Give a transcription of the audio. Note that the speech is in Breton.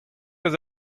eus